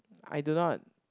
I do not